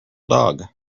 dog